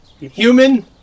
human